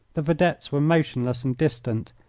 the vedettes were motionless and distant.